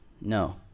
no